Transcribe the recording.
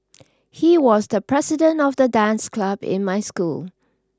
he was the president of the dance club in my school